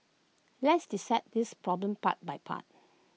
let's dissect this problem part by part